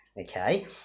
okay